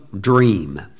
dream